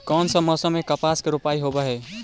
कोन सा मोसम मे कपास के रोपाई होबहय?